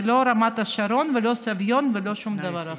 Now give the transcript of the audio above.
זה לא רמת השרון ולא סביון ולא שום דבר אחר.